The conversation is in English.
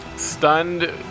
Stunned